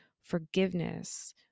forgiveness